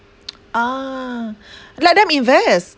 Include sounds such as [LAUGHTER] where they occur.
[NOISE] ah let them invest